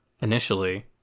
initially